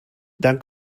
dank